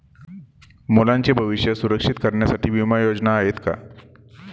मुलांचे भविष्य सुरक्षित करण्यासाठीच्या विमा योजना आहेत का?